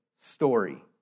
story